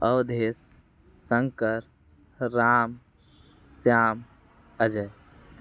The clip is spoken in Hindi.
अवधेश शंकर राम श्याम अजय